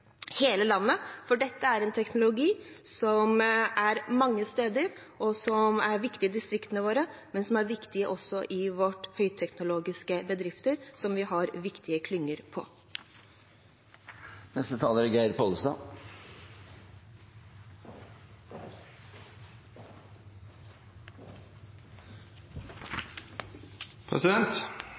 hele landet, for dette er en teknologi som er mange steder, og som er viktig i distriktene våre, men som også er viktig i våre høyteknologiske bedrifter, hvor vi har viktige klynger.